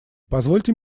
позвольте